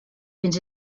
fins